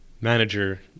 manager